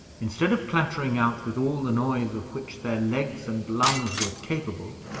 instead of clattering out with all the noise of which their legs and lungs were capable,